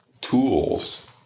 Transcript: tools